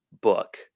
book